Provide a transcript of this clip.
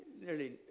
nearly